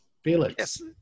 Felix